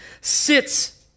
sits